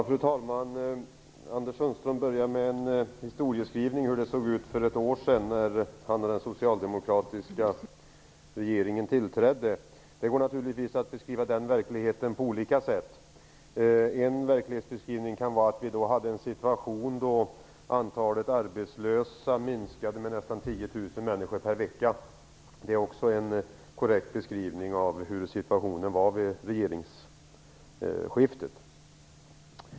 Fru talman! Anders Sundström inledde med en historieskrivning och beskrev hur det såg ut för ett år sedan när den socialdemokratiska regeringen tillträdde. Det går naturligtvis att beskriva den verkligheten på olika sätt. En verklighetsbeskrivning kan vara att vi då hade en situation där antalet arbetslösa minskade med nästan 10 000 människor per vecka. Det är också en korrekt beskrivning av hur situationen var vid regeringsskiftet.